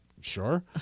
sure